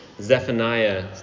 Zephaniah